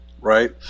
right